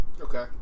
Okay